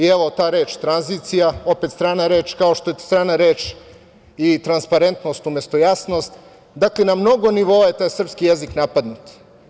Evo, ta reč tranzicija, opet strana reč, kao što je strana reč i transparentnost umesto jasnost, dakle, na mnogo nivoa je taj srpski jezik napadnut.